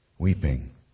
Weeping